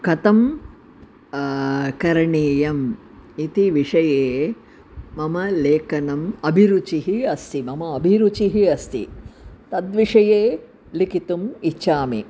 कथं करणीयम् इति विषये मम लेखने अभिरुचिः अस्ति मम अभिरुचिः अस्ति तद्विषये लिखितुम् इच्छामि